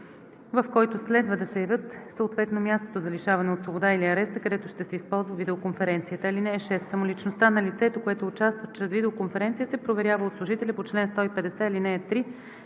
в който следва да се явят, съответно мястото за лишаване от свобода или ареста, където ще се използва видеоконференцията. (6) Самоличността на лицето, което участва чрез видеоконференция, се проверява от служителя по чл. 150, ал. 3,